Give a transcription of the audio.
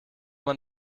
man